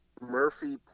Murphy